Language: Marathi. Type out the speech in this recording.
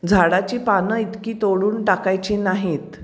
झाडाची पानं इतकी तोडून टाकायची नाहीत